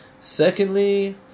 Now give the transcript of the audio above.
Secondly